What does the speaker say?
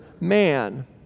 man